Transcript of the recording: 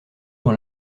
dans